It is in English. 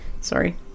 Sorry